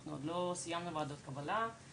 אנחנו לא סיימנו ועדות קבלה.